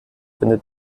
findet